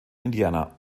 indiana